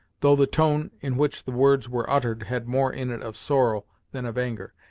though the tone in which the words were uttered had more in it of sorrow than of anger.